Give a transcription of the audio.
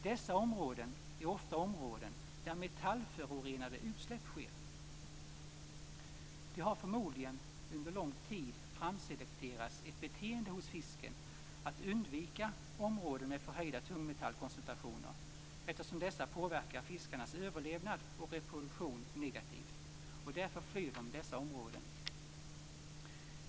Dessa områden är ofta områden där metallförorenade utsläpp sker. Det har förmodligen under lång tid framselekterats ett beteende hos fisken att undvika områden med förhöjda tungmetallkoncentrationer eftersom dessa påverkar fiskarnas överlevnad och reproduktion negativt. Därför flyr de dessa områden.